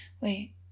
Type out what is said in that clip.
Wait